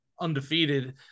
undefeated